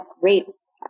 rates